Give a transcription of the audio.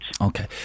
Okay